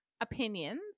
opinions